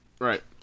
Right